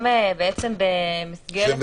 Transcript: - כיום